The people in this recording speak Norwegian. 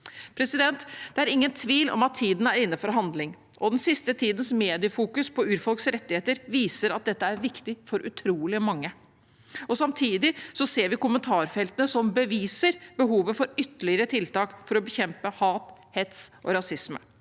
Det er ingen tvil om at tiden er inne for handling, og den siste tidens mediefokus på urfolks rettigheter viser at dette er viktig for utrolig mange. Samtidig ser vi kommentarfeltene som beviser behovet for ytterligere tiltak for å bekjempe hat, hets og rasisme.